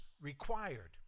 required